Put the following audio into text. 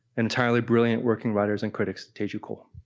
entirely brilliant working writers and critics, teju cole.